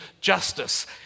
justice